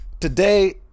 today